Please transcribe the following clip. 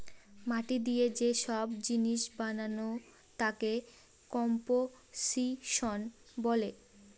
মাটি দিয়ে যে সব জিনিস বানানো তাকে কম্পোসিশন বলে